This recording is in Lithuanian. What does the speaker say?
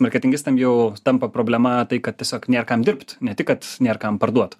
marketingistam jau tampa problema tai kad tiesiog nėr kam dirbt ne tik kad nėr kam parduot